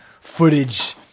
footage